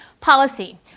Policy